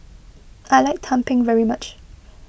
I like Tumpeng very much